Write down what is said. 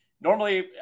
normally